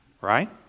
right